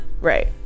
right